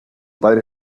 padre